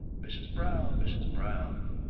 mrs. brown! mrs. brown!